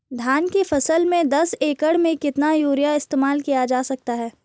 धान की फसल में दस एकड़ में कितना यूरिया इस्तेमाल किया जा सकता है?